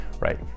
right